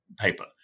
paper